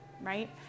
right